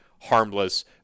harmless